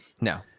No